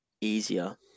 easier